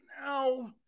No